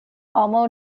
amo